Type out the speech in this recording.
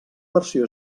versió